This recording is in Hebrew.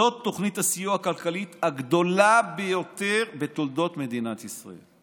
זאת תוכנית הסיוע הכלכלית הגדולה ביותר בתולדות מדינת ישראל.